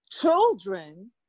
children